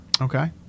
Okay